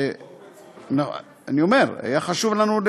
אני אומר, היה חשוב לנו.